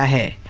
ah a